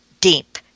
deep